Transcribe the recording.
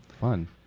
fun